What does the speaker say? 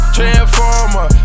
Transformer